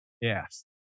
Yes